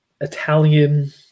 Italian